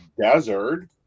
desert